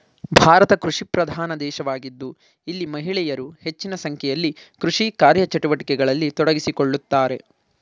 ಭಾರತ ಕೃಷಿಪ್ರಧಾನ ದೇಶವಾಗಿದ್ದು ಇಲ್ಲಿ ಮಹಿಳೆಯರು ಹೆಚ್ಚಿನ ಸಂಖ್ಯೆಯಲ್ಲಿ ಕೃಷಿ ಕಾರ್ಯಚಟುವಟಿಕೆಗಳಲ್ಲಿ ತೊಡಗಿಸಿಕೊಳ್ಳುತ್ತಾರೆ